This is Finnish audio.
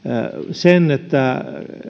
sen että